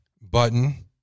button